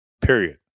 Period